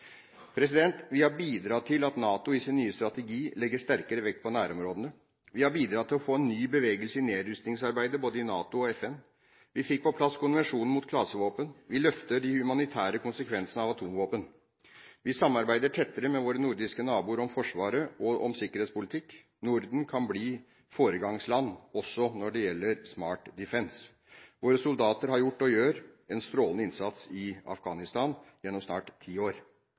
Vi har bidratt til at NATO i sin nye strategi legger sterkere vekt på nærområdene. Vi har bidratt til å få ny bevegelse i nedrustningsarbeidet, både i NATO og i FN. Vi fikk på plass konvensjonen mot klasevåpen. Vi løfter de humanitære konsekvensene av atomvåpen. Vi samarbeider tettere med våre nordiske naboer om Forsvaret og om sikkerhetspolitikk. Norden kan bli foregangsland også når det gjelder «smart defence». Våre soldater har gjort og gjør en strålende innsats i Afghanistan gjennom snart ti år.